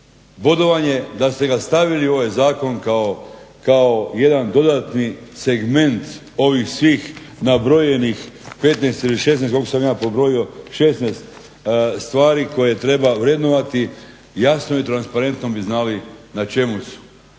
Bodovanje da ste ga stavili u ovaj zakon kao jedan dodatni segment ovih svih nabrojenih 15 ili 16 koliko sam ja pobrojio 16 stvari koje treba vrednovati jasno i transparentno bi znali na čemu su.